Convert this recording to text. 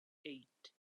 eight